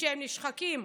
שהם נשחקים,